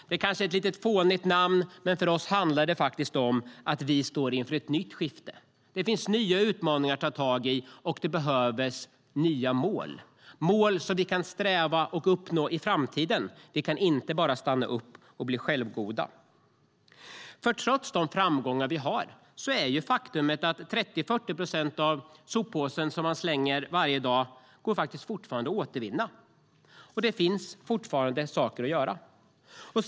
Det kanske är ett fånigt namn, men för oss handlar det om att vi står inför ett nytt skifte. Det finns nya utmaningar att ta tag i och det behövdes nya mål som vi kan sträva efter och uppnå i framtiden. Vi kan inte stanna upp och bli självgoda. Trots framgången är det ett faktum att 30-40 procent av innehållet i de soppåsar vi slänger varje dag fortfarande går att återvinna. Det finns saker att göra.